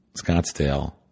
Scottsdale